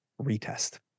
retest